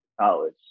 College